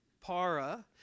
para